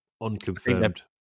unconfirmed